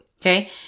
okay